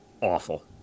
Awful